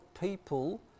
people